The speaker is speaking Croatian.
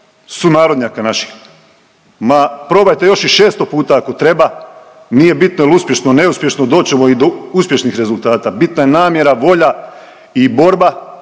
sunarodnjaka naših. Ma probajte još i 600 puta ako treba, nije bitno jel uspješno, neuspješno, doći ćemo i do uspješnih rezultata, bitna je namjera, volja i borba